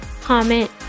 comment